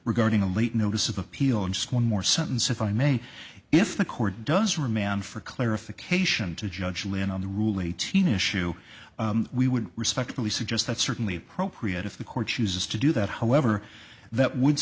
regarding a late notice of appeal and just one more sentence if i may if the court does remand for clarification to judge lynn on the rule eighteen issue we would respectfully suggest that's certainly appropriate if the court chooses to do that however that would